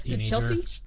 Chelsea